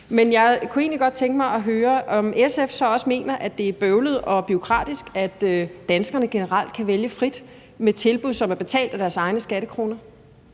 Men jeg kunne egentlig godt tænke mig at høre, om SF så også mener, at det er bøvlet og bureaukratisk, at danskerne generelt kan vælge frit mellem tilbud, som er betalt af danskernes skattekroner.